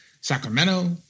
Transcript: Sacramento